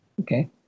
Okay